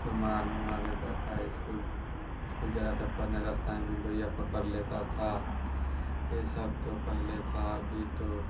तो मार मुआ रहता था स्कुल स्कुल जाते थे पढ़ने रस्ता में बिंदोइया पकड़ लेता था यह सब तो पहले था अभी तो